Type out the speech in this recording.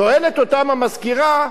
שואלת אותם המזכירה: